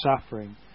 suffering